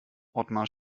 otmar